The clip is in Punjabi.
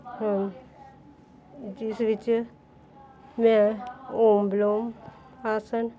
ਹੁਣ ਜਿਸ ਵਿੱਚ ਮੈਂ ਓਮ ਵਿਲੋਮ ਆਸਨ